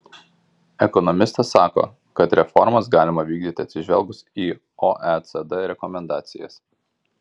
ekonomistas sako kad reformas galima vykdyti atsižvelgus į oecd rekomendacijas